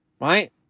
right